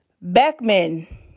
Beckman